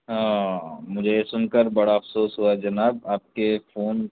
ہاں مجھے سُن کر بڑا افسوس ہُوا جناب آپ کے فون